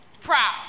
proud